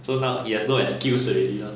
so now he has no excuse already lah